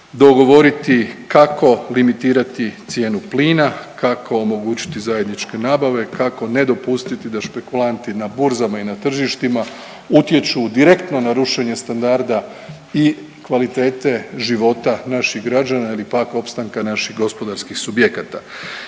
dogovoriti kako limitirati cijenu plina, kako omogućiti zajedničke nabave, kako ne dopustiti da špekulanti na burzama i na tržištima utječu direktno na rušenje standarda i kvalitete života naših građana ili pak opstanka naših gospodarskih subjekata.